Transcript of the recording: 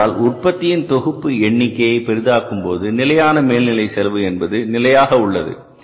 ஏனென்றால் உற்பத்தியின் தொகுப்பு எண்ணிக்கையை பெரிதாகும்போது நிலையான மேல்நிலை செலவு என்பது நிலையாக உள்ளது